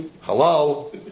Hello